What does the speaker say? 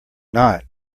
not